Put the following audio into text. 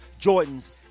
Jordans